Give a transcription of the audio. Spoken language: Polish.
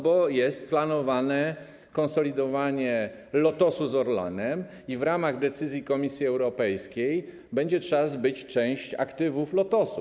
Bo jest planowane konsolidowanie Lotosu z Orlenem i w ramach decyzji Komisji Europejskiej trzeba będzie zbyć część aktywów Lotosu.